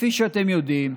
וכפי שאתם יודעים,